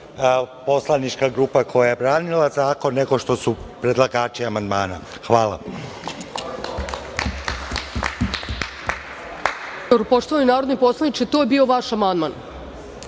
poslanička grupa koja je branila zakon, nego što su predlagači amandmana. Hvala.